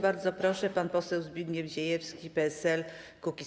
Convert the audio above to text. Bardzo proszę, pan poseł Zbigniew Ziejewski, PSL-Kukiz15.